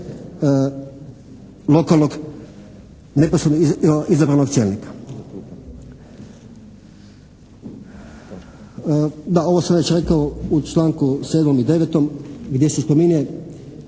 lokalnoj neposredno izabranog čelnika. Ovo sam već rekao u članku 7. i 9. gdje se spominje